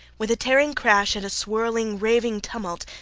with a tearing crash and a swirling, raving tumult,